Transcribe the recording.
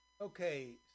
Okay